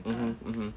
mmhmm mmhmm